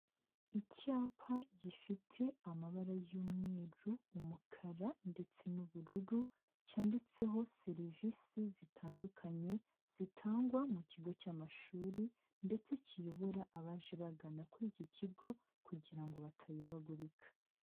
Icyapa gifite amabara y'umweru, umukara ndetse n'ubururu cyanditseho serivisi zitandukanye zitangwa mu kigo cy'amashuri ndetse kiyobora abaje bagana kuri iki kigo kugira ngo batayobagurika.